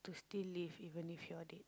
we still live even if you're dead